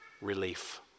relief